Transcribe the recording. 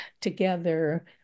together